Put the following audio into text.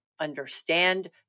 understand